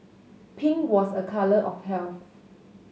pink was a colour of health